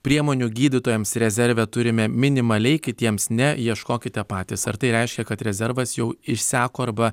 priemonių gydytojams rezerve turime minimaliai kitiems ne ieškokite patys ar tai reiškia kad rezervas jau išseko arba